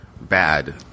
bad